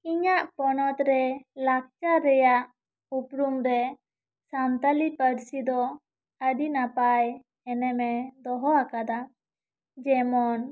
ᱤᱧᱟᱹᱜ ᱯᱚᱱᱚᱛ ᱨᱮ ᱞᱟᱠᱪᱟᱨ ᱨᱮᱭᱟᱜ ᱩᱯᱩᱨᱩᱢ ᱨᱮ ᱥᱟᱱᱛᱟᱲᱤ ᱯᱟᱹᱨᱥᱤ ᱫᱚ ᱟᱹᱰᱤ ᱱᱟᱯᱟᱭ ᱮᱱᱮᱢᱮ ᱫᱚᱦᱚ ᱟᱠᱟᱫᱟ ᱡᱮᱢᱚᱱ